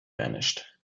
vanished